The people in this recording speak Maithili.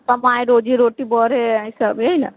कमाइ रोजी रोटी बढ़ए ईसभ एही ने